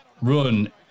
run